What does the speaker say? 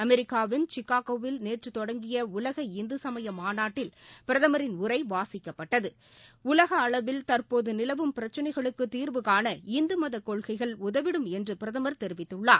அமெரிக்காவின் சிகாகோவில் நேற்றதொடங்கியடலக இந்துசமயமாநாட்டில் பிரகமரின் உரைவாசிக்கப்பட்டது உலகஅளவில் தற்போதுநிலவும் பிரச்சினைகளுக்குதிவுகாண இந்துமதக் கொள்கைகள் உதவிடும் என்றும் பிரதமர் தெரிவித்துள்ளார்